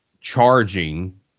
charging